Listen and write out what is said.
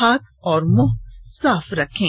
हाथ और मंह साफ रखें